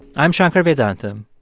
i'm shankar vedantam,